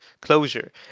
closure